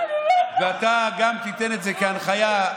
ואתה גם תיתן את זה כהנחיה,